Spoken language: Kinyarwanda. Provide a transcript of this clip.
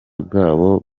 bwabo